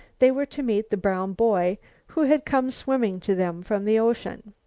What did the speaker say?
they were to meet the brown boy who had come swimming to them from the ocean.